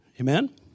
Amen